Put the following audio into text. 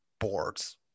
Boards